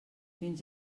fins